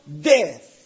death